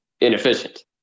inefficient